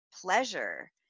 pleasure